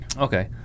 Okay